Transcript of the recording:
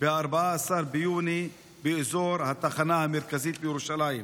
וב-14 ביוני באזור התחנה המרכזית בירושלים.